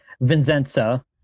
Vincenza